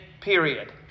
period